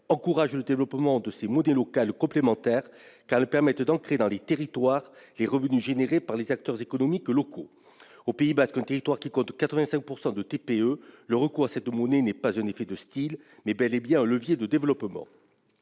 encourage le développement de ces monnaies locales complémentaires, car elles permettent d'ancrer dans les territoires les revenus générés par les acteurs économiques locaux. Au Pays basque, qui compte 85 % de très petites entreprises, le recours à l'eusko est non pas un effet de style, mais bel et bien un levier de développement.